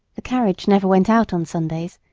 the carriage never went out on sundays,